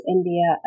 India